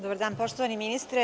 Dobar dan poštovani ministre.